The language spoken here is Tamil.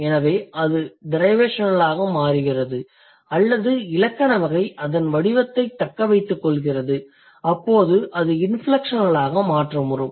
எனவே அது டிரைவேஷனலாக மாறுகிறது அல்லது இலக்கண வகை அதன் வடிவத்தைத் தக்க வைத்துக் கொள்கிறது அப்போது அது இன்ஃப்லெக்ஷனலாக மாற்றமுறும்